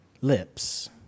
lips